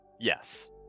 Yes